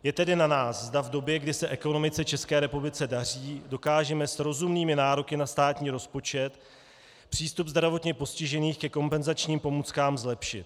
Je tedy na nás, zda v době, kdy se ekonomice v České republice daří, dokážeme s rozumnými nároky na státní rozpočet přístup zdravotně postižených ke kompenzačním pomůckám zlepšit.